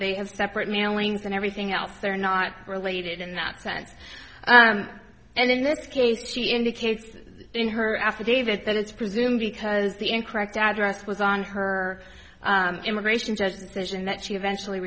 they have separate mailings and everything else they're not related in that sense and in this case she indicates in her affidavit that it's presumed because the incorrect address was on her immigration judge's decision that she eventually